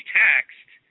taxed